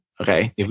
Okay